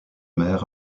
mer